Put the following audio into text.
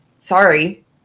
sorry